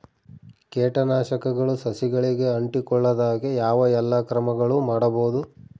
ಕೇಟನಾಶಕಗಳು ಸಸಿಗಳಿಗೆ ಅಂಟಿಕೊಳ್ಳದ ಹಾಗೆ ಯಾವ ಎಲ್ಲಾ ಕ್ರಮಗಳು ಮಾಡಬಹುದು?